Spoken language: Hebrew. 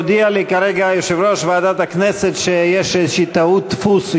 הודיע לי כרגע יושב-ראש ועדת הכנסת שיש איזו טעות דפוס.